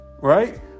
Right